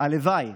הלוואי